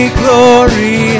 glory